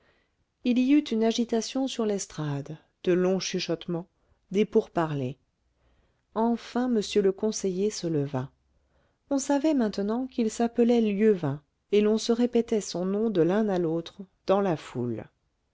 il y eut une agitation sur l'estrade de longs chuchotements des pourparlers enfin m le conseiller se leva on savait maintenant qu'il s'appelait lieuvain et l'on se répétait son nom de l'un à l'autre dans la foule